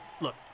Look